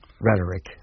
rhetoric